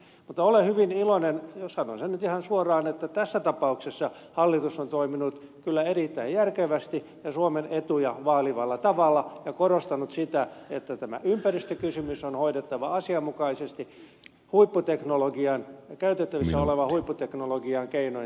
mutta olen hyvin iloinen sanon sen nyt ihan suoraan että tässä tapauksessa hallitus on toiminut kyllä erittäin järkevästi ja suomen etuja vaalivalla tavalla ja korostanut sitä että tämä ympäristökysymys on hoidettava asianmukaisesti käytettävissä olevan huipputeknologian keinoin